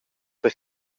per